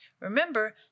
Remember